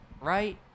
right